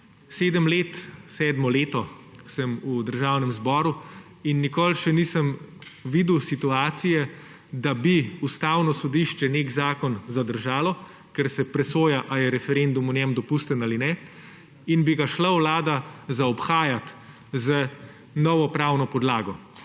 Sedmo leto sem v Državnem zboru in nikoli še nisem videl situacije, da bi Ustavno sodišče nek zakon zadržalo, ker se presoja, ali je referendum o njem dopusten ali ne; in bi ga šla vlada zaobhajat z novo pravno podlago.